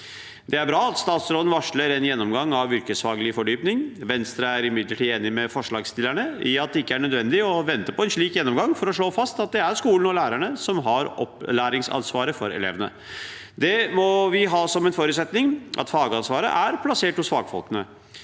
Det er bra at statsråden varsler en gjennomgang av yrkesfaglig fordypning. Venstre er imidlertid enig med forslagsstillerne i at det ikke er nødvendig å vente på en slik gjennomgang for å slå fast at det er skolen og lærerne som har opplæringsansvaret for elevene. Vi må ha som en forutsetning at fagansvaret er plassert hos fagfolkene.